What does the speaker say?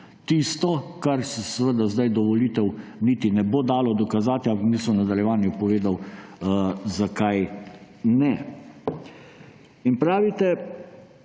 Tisto, kar se sedaj do volitev niti ne bo dalo dokazati, bom v nadaljevanju povedal, zakaj ne. Pravite,